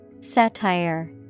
Satire